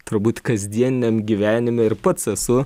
turbūt kasdieniniam gyvenime ir pats esu